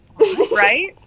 right